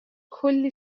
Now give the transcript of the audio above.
کلی